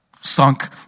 sunk